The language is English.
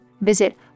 Visit